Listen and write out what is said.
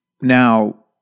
Now